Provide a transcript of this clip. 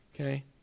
Okay